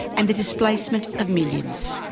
and the displacement of millions.